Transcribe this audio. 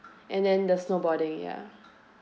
and then the snowboarding ya